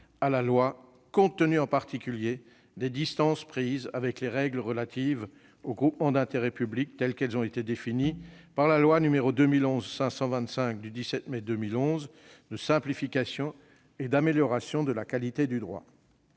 à la loi, compte tenu, en particulier, des distances prises avec les règles relatives aux groupements d'intérêt public telles qu'elles ont été définies par la loi n° 2011-525 du 17 mai 2011 de simplification et d'amélioration de la qualité du droit.